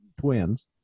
twins